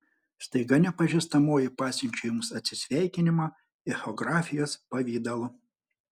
staiga nepažįstamoji pasiunčia jums atsisveikinimą echografijos pavidalu